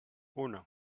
uno